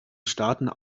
staaten